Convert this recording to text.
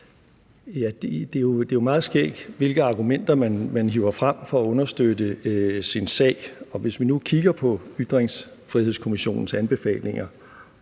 Det er jo meget skægt, hvilke argumenter man hiver frem for at understøtte sin sag. Hvis vi nu kigger på Ytringsfrihedskommissionens anbefalinger,